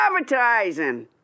advertising